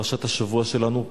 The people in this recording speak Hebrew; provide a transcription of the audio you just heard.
פרשת השבוע שלנו,